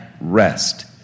rest